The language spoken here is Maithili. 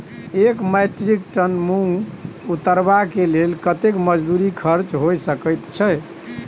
एक मेट्रिक टन मूंग उतरबा के लेल कतेक मजदूरी खर्च होय सकेत छै?